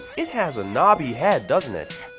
it has a knobbly head doesn't it?